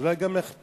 אז אולי גם להכפיל?